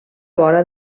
vora